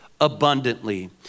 abundantly